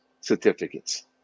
certificates